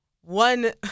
one